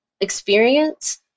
experience